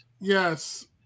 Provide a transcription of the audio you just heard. Yes